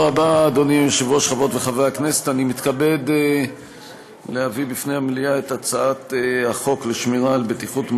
אני מתכבד להביא לפני המליאה את הצעת החוק לשמירה על בטיחות מעליות,